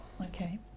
Okay